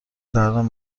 درون